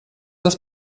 das